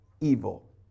evil